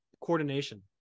coordination